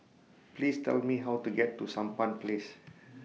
Please Tell Me How to get to Sampan Place